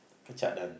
Kecak dan~